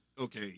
okay